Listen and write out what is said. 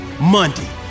Monday